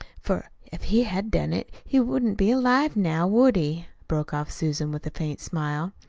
for if he had done it, he wouldn't be alive now, would he? broke off susan, with a faint smile.